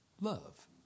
love